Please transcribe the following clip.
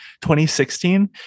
2016